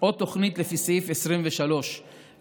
או תוכנית לפי סעיף 23 לתמ"א,